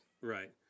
Right